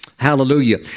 Hallelujah